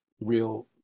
real